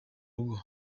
rugo